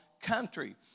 country